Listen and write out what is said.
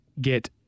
get